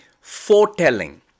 foretelling